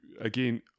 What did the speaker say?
again